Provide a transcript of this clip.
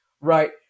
Right